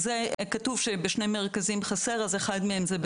כתוב שבשני מרכזים חסר אז אחד מהם זה בבאר שבע.